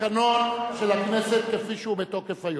התקנון של הכנסת, כפי שהוא בתוקף היום: